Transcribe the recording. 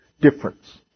difference